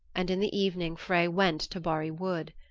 and in the evening frey went to barri wood.